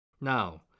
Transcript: Now